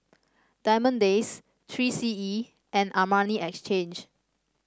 Diamond Days Three C E and Armani Exchange